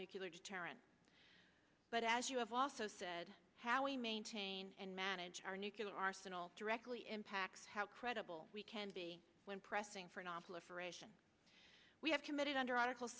nucular deterrent but as you have also said how we maintain and manage our nucular arsenal directly impacts how credible we can be when pressing for nonproliferation we have committed under article